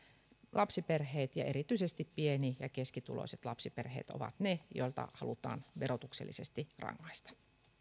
lapsiperheet erityisesti pieni ja keskituloiset lapsiperheet ovat ne joita halutaan verotuksellisesti rangaista